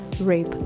rape